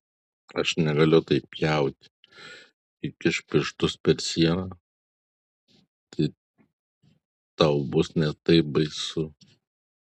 aš negaliu taip pjauti įkišk pirštus per sieną tai tau bus net taip baisu